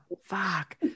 Fuck